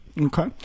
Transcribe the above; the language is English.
okay